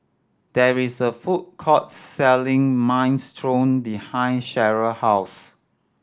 there is a food court selling Minestrone behind Cheryll house